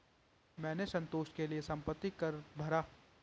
मैंने संतोष के लिए संपत्ति कर भरा